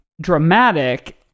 dramatic